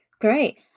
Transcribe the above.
Great